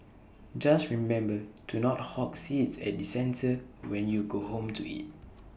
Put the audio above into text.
just remember to not hog seats at the centre when you go home to eat